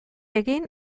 egin